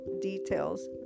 details